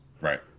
Right